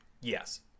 yes